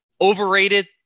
Overrated